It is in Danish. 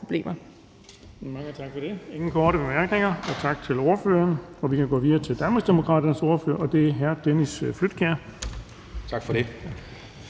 Bonnesen): Mange tak for det. Der er ingen korte bemærkninger, så tak til ordføreren. Vi kan gå videre til Danmarksdemokraternes ordfører, og det er hr. Dennis Flydtkjær. Kl.